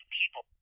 people